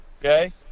Okay